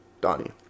Donnie